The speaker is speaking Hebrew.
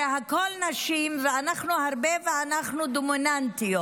זה הכול נשים, ואנחנו הרבה ואנחנו דומיננטיות.